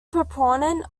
proponent